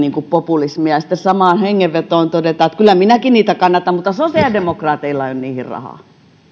populismia ja sitten samaan hengenvetoon todetaan että kyllä minäkin niitä kannatan mutta sosiaalidemokraateilla ei ole niihin rahaa